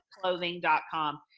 clothing.com